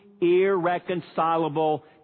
irreconcilable